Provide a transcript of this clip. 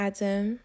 Adam